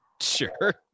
Sure